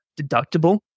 deductible